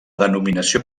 denominació